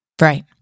Right